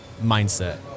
mindset